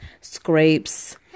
scrapes